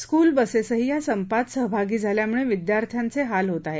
school बसेसही या संपात सहभागी झाल्यामुळे विद्यार्थ्यांचे हाल होत आहेत